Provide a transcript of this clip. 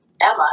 Emma